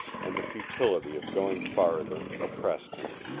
and the futility of going farther oppressed him.